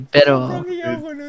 Pero